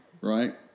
right